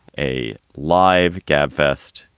a live gabfest.